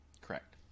Correct